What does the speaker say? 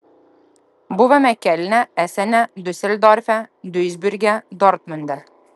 buvome kelne esene diuseldorfe duisburge dortmunde